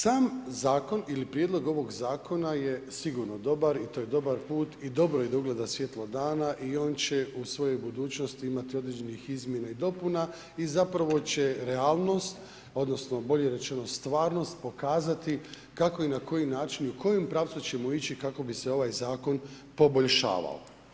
Sam zakon ili prijedlog ovog zakona je sigurno dobar i to je dobar put i dobro je da ugleda svjetlo dan i on će u svojoj budućnosti imati određenih izmjena i dopuna i zapravo će realnost odnosno bolje rečeno stvarnost pokazati kako i na koji način i u kojem pravcu ćemo ići kako bi se ovaj zakon poboljšavao.